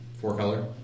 Four-color